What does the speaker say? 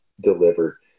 delivered